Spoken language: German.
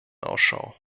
ausschau